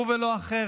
הוא ולא אחר,